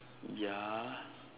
ya